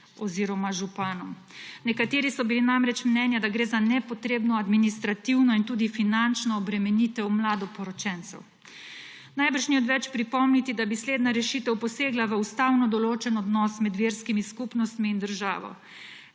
oziroma županom. Nekateri so bili namreč mnenja, da gre za nepotrebno administrativno in tudi finančno obremenitev mladoporočencev. Najbrž ni odveč pripomniti, da bi slednja rešitev posegla v ustavno določen odnos med verskimi skupnostmi in državo.